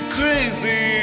crazy